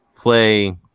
play